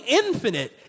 infinite